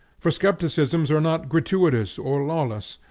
for skepticisms are not gratuitous or lawless,